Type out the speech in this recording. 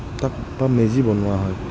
তাত তাত মেজি বনোৱা হয়